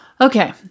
Okay